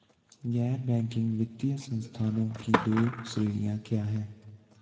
गैर बैंकिंग वित्तीय संस्थानों की दो श्रेणियाँ क्या हैं?